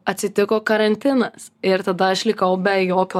atsitiko karantinas ir tada aš likau be jokio